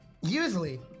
Usually